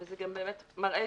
וזה גם באמת מראה,